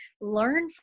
learn